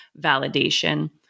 validation